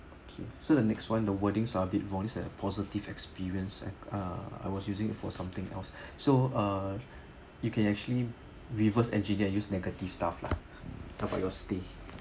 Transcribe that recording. okay so the next one the wordings are bit more positive experience uh I was using it for something else so uh you can actually reverse engineered use negative stuff lah talk about your stay